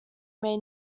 may